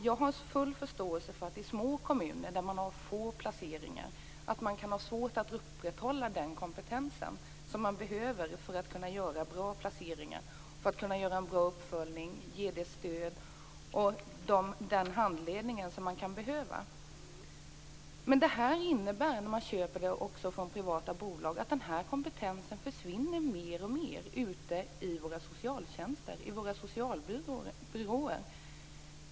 Jag har full förståelse för att det i små kommuner med få placeringar kan vara svårt att upprätthålla den kompetens som behövs för att kunna göra bra placeringar och en bra uppföljning samt för att ge det stöd och den handledning som kan behövas. När de här tjänsterna köps från privata bolag innebär det att kompetensen i fråga mer och mer försvinner inom socialtjänsten, på våra socialbyråer.